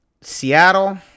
Seattle